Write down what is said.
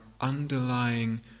underlying